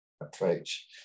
approach